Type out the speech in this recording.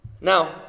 Now